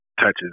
touches